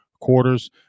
quarters